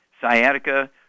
sciatica